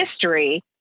history